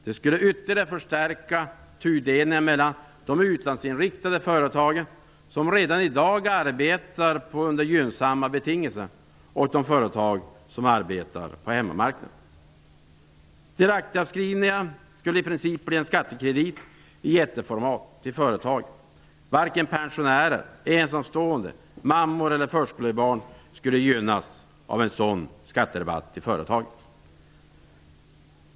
Det skulle ytterligare förstärka tudelningen mellan de utlandsinriktade företag som redan i dag arbetar under gynnsamma betingelser och de företag som arbetar på hemmamarknaden. Direktavskrivningar skulle i princip bli en skattekredit i jätteformat till företagen. Varken pensionärer, ensamstående mammor eller förskolebarn gynnas av en sådan skatterabatt till företagen.